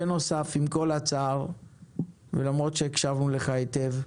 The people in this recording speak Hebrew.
בנוסף עם כל הצער ולמרות שהקשבנו לך היטב,